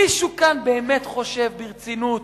מישהו כאן באמת חושב ברצינות,